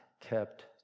kept